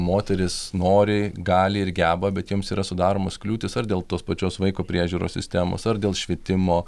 moteris nori gali ir geba bet joms yra sudaromos kliūtys ar dėl tos pačios vaiko priežiūros sistemos ar dėl švietimo